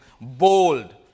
bold